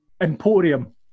Emporium